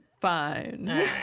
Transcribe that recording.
Fine